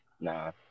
nah